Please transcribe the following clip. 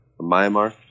Myanmar